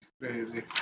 Crazy